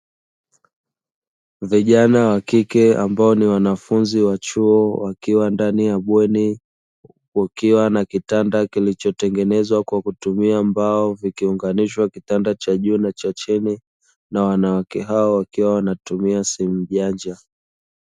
Vijana wa kike ambao ni wanafunzi wa chuo wakiwa ndani ya bweni, kukiwa na kitanda kilichotengenezwa kwa kutumia mbao kikiunganishwa kitanda cha juu na cha chini, na wanawake hao wakiwa wanatumia simu janja.